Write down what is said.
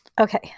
Okay